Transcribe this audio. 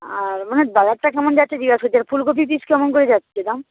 আর মানে বাজারটা কেমন যাচ্ছে জিজ্ঞাসা করছি আর ফুলকপির পিস কেমন করে যাচ্ছে দাম